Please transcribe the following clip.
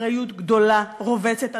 אחריות גדולה רובצת,